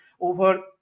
over